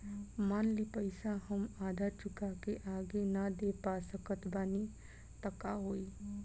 मान ली पईसा हम आधा चुका के आगे न दे पा सकत बानी त का होई?